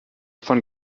von